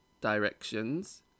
directions